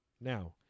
now